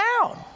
down